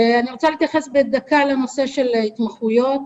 לגבי התמחויות